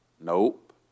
Nope